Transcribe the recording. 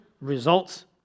results